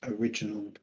Original